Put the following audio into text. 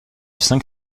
cinq